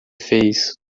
fez